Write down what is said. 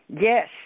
Yes